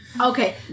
Okay